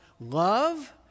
love